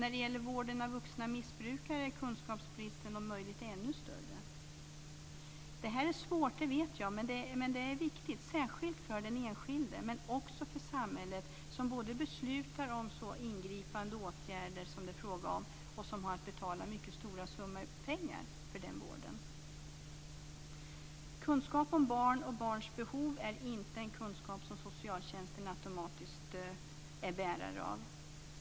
När det gäller vården av vuxna missbrukare är kunskapsbristen om möjligt ännu större. Jag vet att detta är svårt, men detta är viktigt särskilt för den enskilde men också för samhället, som både beslutar om de ingripande åtgärder som det är fråga om och som har att betala mycket stora summor pengar för vården. Kunskap om barn och barns behov är inte en kunskap som socialtjänsten automatiskt är bärare av.